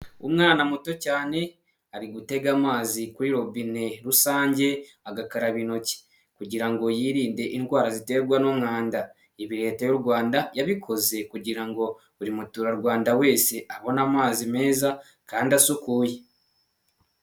Umwana muto cyane ari gutega amazi kuri robine rusange, agakaraba intoki, kugirango ngo yirinde indwara ziterwa n'umwanda. Ibi leta y'u Rwanda yabikoze kugira ngo buri muturarwanda wese abone amazi meza kandi asukuye.